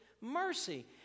mercy